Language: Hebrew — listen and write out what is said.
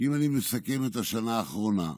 אם אני מסכם את השנה האחרונה,